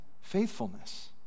faithfulness